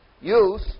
use